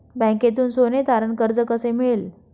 बँकेतून सोने तारण कर्ज कसे मिळेल?